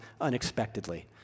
unexpectedly